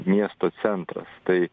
miesto centras tai